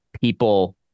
people